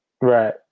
right